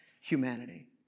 humanity